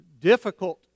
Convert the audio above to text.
difficult